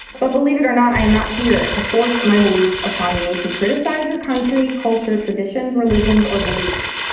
but believe it or not, i am not here to force my beliefs upon you to criticize your country, culture, traditions, religions, or beliefs.